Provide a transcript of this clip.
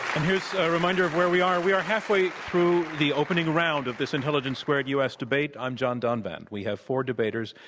here's a reminder of where we are. we are halfway through the opening round of this intelligence squared u. s. debate. i'm john donvan. we have four debaters,